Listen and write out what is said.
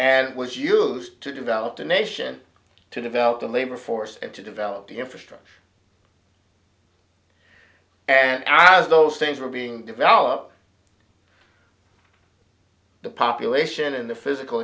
and was used to develop the nation to develop the labor force and to develop the infrastructure and as those things were being developed the population and the physical